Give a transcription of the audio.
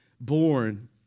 born